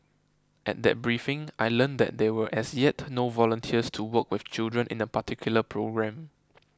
at that briefing I learnt that there were as yet no volunteers to work with children in a particular programme